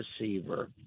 receiver